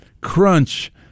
crunch